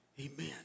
Amen